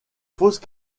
fausse